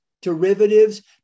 derivatives